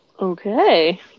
okay